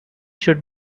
should